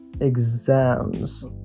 exams